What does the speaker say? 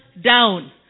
down